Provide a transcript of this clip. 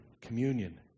communion